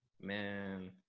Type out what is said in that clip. Man